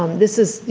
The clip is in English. um this is, you